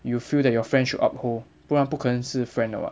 you feel that your friend should uphold 不然不可能是 friend 了 [what]